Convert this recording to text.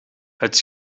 het